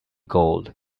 gold